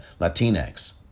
Latinx